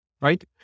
right